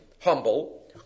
humble